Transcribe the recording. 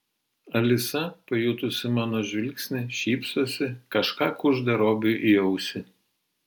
alisa pajutusi mano žvilgsnį šypsosi kažką kužda robiui į ausį